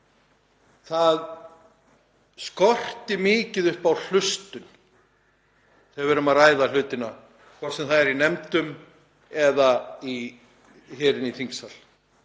það skorti mikið upp á hlustun þegar við erum að ræða hlutina, hvort sem það er í nefndum eða hér inni í þingsal.